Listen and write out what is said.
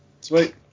Sweet